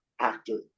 actor